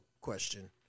question